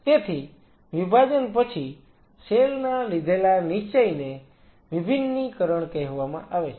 તેથી વિભાજન પછી સેલ ના લીધેલા નિશ્ચયને વિભિન્નીકરણ કહેવામાં આવે છે